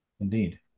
indeed